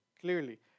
clearly